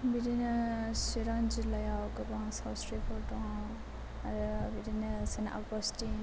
बिदिनो चिरां जिल्लायाव गोबां सावस्रिफोर दङ आरो बिदिनो सेन्ट आग'स्टिन